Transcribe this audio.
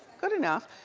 good enough.